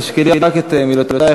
תשקלי רק את מילותייך,